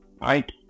right